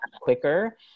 quicker